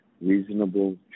reasonable